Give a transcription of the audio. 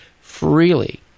freely